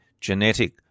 genetic